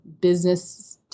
business